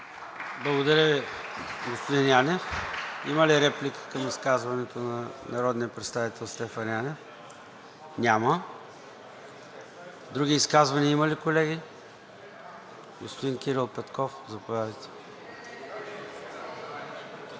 Благодаря Ви, господин Янев. Има ли реплика към изказването на народния представител Стефан Янев? Няма. Други изказвания има ли, колеги? Господин Кирил Петков, заповядайте.